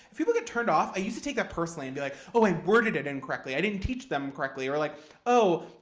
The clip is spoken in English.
if people get turned off, i used to take that ah personally and be like, oh, i worded it incorrectly. i didn't teach them correctly. or like oh,